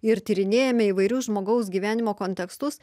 ir tyrinėjame įvairius žmogaus gyvenimo kontekstus